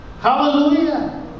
hallelujah